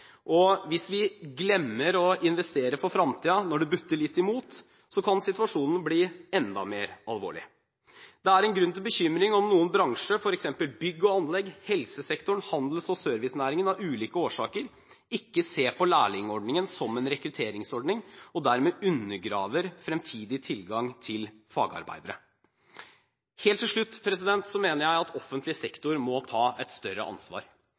Hvis vi glemmer å investere for fremtiden når det butter litt imot, kan situasjonen bli enda mer alvorlig. Det er grunn til bekymring om noen bransjer, f.eks. bygg og anlegg, helsesektoren og handels- og servicenæringen, av ulike årsaker ikke ser på lærlingordningen som en rekrutteringsordning, og dermed undergraver fremtidig tilgang til fagarbeidere. Helt til slutt: Jeg mener at offentlig sektor må ta et større ansvar.